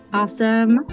awesome